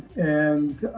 and